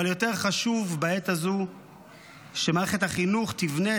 אבל יותר חשוב בעת הזו שמערכת החינוך תבנה